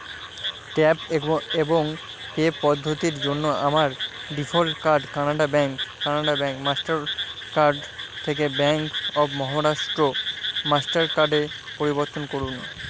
tap এব এবং pay পদ্ধতির জন্য আমার default card Canara Bank Canara Bank Mastercard থেকে ব্যাংক অফ মহরাষ্ট্র মাস্টার কার্ডে পরিবর্তন করুন